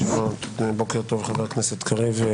בוקר טוב חבר הכנסת קריב.